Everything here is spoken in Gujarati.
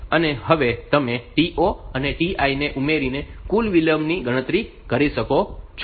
અને હવે તમે To અને Tl ઉમેરીને કુલ વિલંબની ગણતરી કરી શકો છો